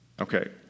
Okay